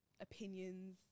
opinions